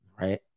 Right